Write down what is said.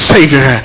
Savior